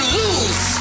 lose